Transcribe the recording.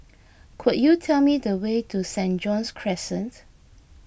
could you tell me the way to Saint John's Crescent